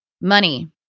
money